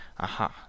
aha